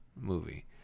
movie